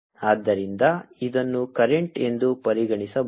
ಆದ್ದರಿಂದ ಇದನ್ನು ಕರೆಂಟ್ ಎಂದು ಪರಿಗಣಿಸಬಹುದು